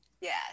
Yes